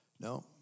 No